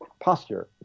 posture